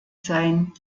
sein